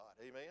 Amen